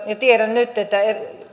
ja tiedän nyt että